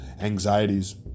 anxieties